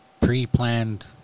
pre-planned